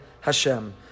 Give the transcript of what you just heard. Hashem